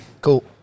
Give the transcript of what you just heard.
Cool